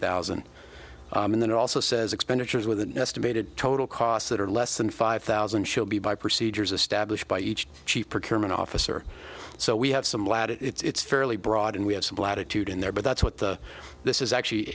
thousand and then also says expenditures with an estimated total costs that are less than five thousand shall be by procedures established by each chief procurement officer so we have some lad it's fairly broad and we have some latitude in there but that's what the this is actually